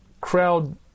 crowd